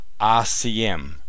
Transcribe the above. RCM